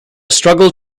struggle